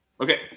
Okay